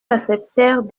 acceptèrent